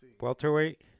Welterweight